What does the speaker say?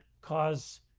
cause